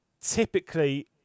Typically